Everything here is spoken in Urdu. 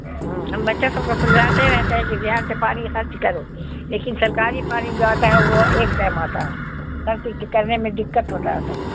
ہوں ہم بچہ سب کو سمجھاتے رہتے ہیں کہ دھیان سے پانی خرچ کرو لیکن سرکاری پانی جو آتا ہے وہ ایک ٹائم آتا ہے خرچ کرنے میں دقت ہوتا ہے سب کو